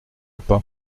pas